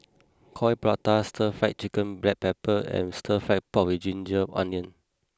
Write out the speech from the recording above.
Coin Prata Stir Fried Chicken Black Pepper and Stir Fry Pork with Ginger Onions